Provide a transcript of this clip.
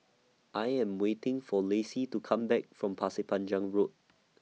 I Am waiting For Lacy to Come Back from Pasir Panjang Road